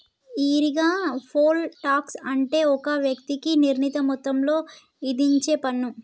ఈరిగా, poll tax అంటే ఒక వ్యక్తికి నిర్ణీత మొత్తంలో ఇధించేపన్ను